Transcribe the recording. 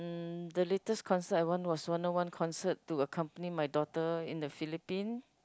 hmm the latest concert I went was one oh one concert to accompany my daughter in the Philippine